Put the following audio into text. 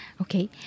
Okay